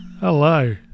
Hello